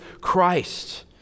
Christ